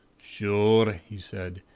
shure, he said,